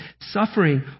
suffering